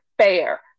fair